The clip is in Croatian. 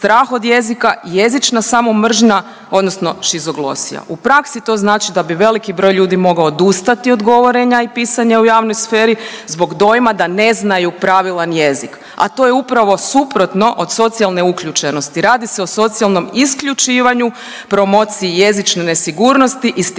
strah od jezika i jezična samomržnja odnosno šizoglosija. U praksi to znači da bi veliki broj ljudi mogao odustati od govorenja i pisanja u javnoj sferi zbog dojma da ne znaju pravilan jezik, a to je upravo suprotno od socijalne uključenosti. Radi se o socijalnom isključivanju, promociji jezične nesigurnosti i stigmatizaciji